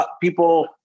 people